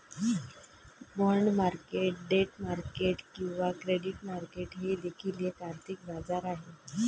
bond market debt market किंवा credit market हे देखील एक आर्थिक बाजार आहे